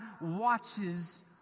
watches